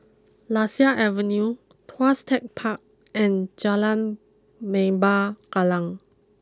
Lasia Avenue Tuas Tech Park and Jalan Lembah Kallang